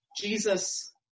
Jesus